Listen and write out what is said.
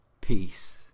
Peace